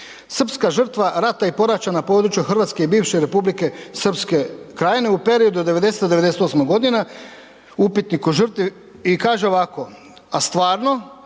srpska žrtva rata i poraća na području Hrvatske i bivše republike Srpske Krajine u periodu od 90. do 98. godine, upitnik o žrtvi i kaže ovako: „A stvarno